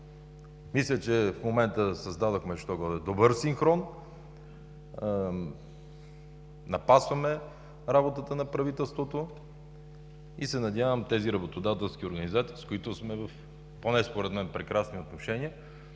Мисля, че в момента създадохме що-годе добър синхрон, напасваме работата на правителството. Надявам се работодателските организации, с които поне според мен сме в прекрасни отношения,